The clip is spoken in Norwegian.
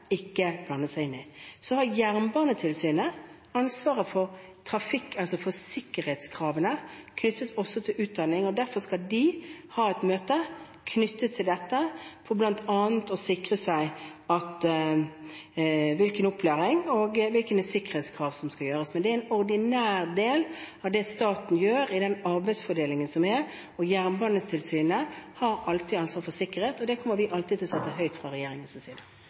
ikke blande seg inn i. Jernbanetilsynet har ansvaret for sikkerhetskravene, også knyttet til utdanning, og derfor skal de ha et møte knyttet til dette for bl.a. å sikre seg hvilken opplæring og hvilke sikkerhetskrav som skal gjøres. Men det er en ordinær del av det staten gjør i den arbeidsfordelingen som er. Jernbanetilsynet har alltid ansvar for sikkerhet, og det kommer vi alltid til å sette høyt fra regjeringens side.